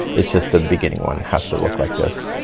it's just the beginning one has to look like this.